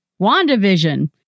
WandaVision